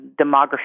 demography